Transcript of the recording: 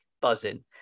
buzzing